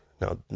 Now